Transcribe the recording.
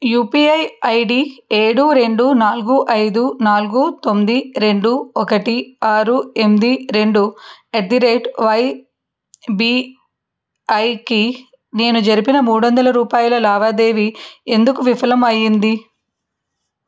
UPI ID ఏడు రెండు నాలుగు ఐదు నాలుగు తొమ్మిది రెండు ఒకటి ఆరు ఎనిమిది రెండు ఎట్ ది రేట్ వైబిఐకి నేను జరిపిన మూడు వందల రూపాయల లావాదేవీ ఎందుకు విఫలం అయ్యింది